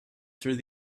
through